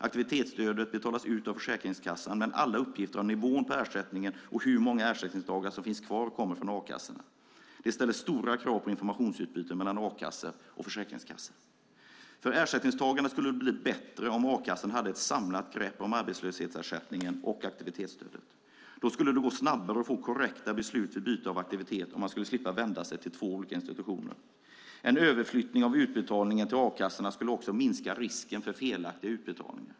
Aktivitetsstödet betalas ut av Försäkringskassan, men alla uppgifter om nivån på ersättningen och hur många ersättningsdagar som finns kvar kommer från a-kassorna. Det ställer stora krav på informationsutbyte mellan a-kassan och Försäkringskassan. För ersättningstagaren skulle det bli bättre om a-kassan hade ett samlat grepp om arbetslöshetsersättningen och aktivitetsstödet. Då skulle det gå snabbare att få korrekta beslut vid byte av aktivitet, och man skulle slippa vända sig till två institutioner. En överflyttning av utbetalningen till a-kassorna skulle också minska risken för felaktiga utbetalningar.